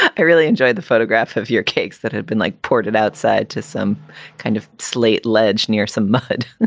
i really enjoyed the photograph of your cakes that had been like ported outside to some kind of slate ledge near some mud,